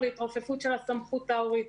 ההתרופפות של הסמכות ההורית.